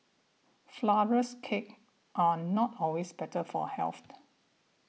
Flourless Cakes are not always better for health